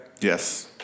Yes